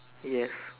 yes